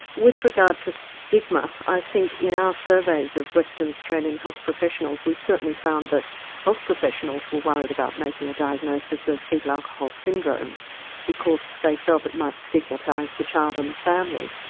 with regard to stigma, i think in our surveys of western australian health professionals we certainly found that health professionals were worried about making a diagnosis of foetal alcohol syndrome because they felt it might stigmatise the child and the family.